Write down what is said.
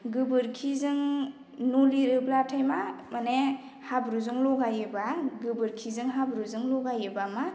गोबोरखिजों न' लिरोब्लाथाय मा माने हाब्रुजों ल'गायोबा गोबोरखिजों हाब्रुजों ल'गायोबा मा